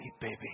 baby